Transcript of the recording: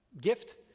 gift